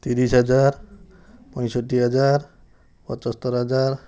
ତିରିଶ ହଜାର ପଞ୍ଚଷଠି ହଜାର ପଚସ୍ତୋରୀ ହଜାର